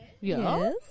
Yes